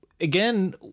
Again